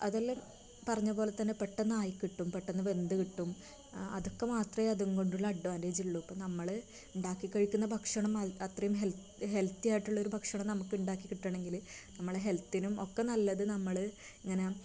അതല്ലെ പറഞ്ഞപോലെതന്നെ പെട്ടന്ന് ആയിക്കിട്ടും പെട്ടെന്ന് വെന്ത് കിട്ടും അതൊക്കെ മാത്രമേ അതും കൊണ്ടുള്ള അഡ്വാൻ്റെയ്ജുള്ളു ഇപ്പം നമ്മള് ഉണ്ടാക്കി കഴിക്കുന്ന ഭക്ഷണം അത്രയും ഹെൽത്തി ആയിട്ടുള്ള ഒരു ഭക്ഷണം നമുക്ക് ഉണ്ടാക്കി കിട്ടണെങ്കില് നമ്മളെ ഹെൽത്തിനും ഒക്കെ നല്ലത് നമ്മള് ഇങ്ങനെ